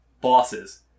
bosses